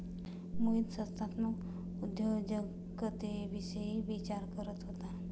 मोहित संस्थात्मक उद्योजकतेविषयी विचार करत होता